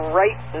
right